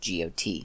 GOT